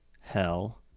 Hell